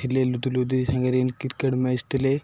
ଥିଲେ ଲୁଦୁ ଲୁଦୁ ସାଙ୍ଗରେ କ୍ରିକେଟ୍ ମ୍ୟାଚ୍ ଥିଲେ